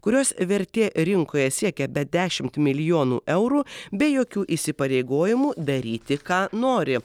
kurios vertė rinkoje siekia bent dešimt milijonų eurų be jokių įsipareigojimų daryti ką nori